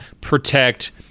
protect